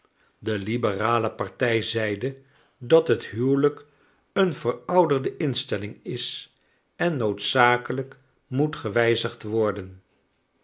de liberale partij zeide dat het huwelijk een verouderde instelling is en noodzakelijk moet gewijzigd worden